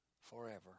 forever